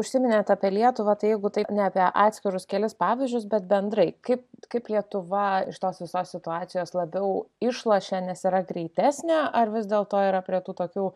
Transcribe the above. užsiminėt apie lietuvą tai jeigu taip ne apie atskirus kelis pavyzdžius bet bendrai kaip kaip lietuva iš tos visos situacijos labiau išlošia nes yra greitesnė ar vis dėlto yra prie tų tokių